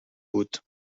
بود